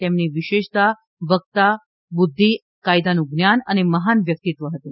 તેમની વિશેષતા વક્તા બુદ્ધિ કાયદાનું જ્ઞાન અને મહાન વ્યક્તિત્વ હતું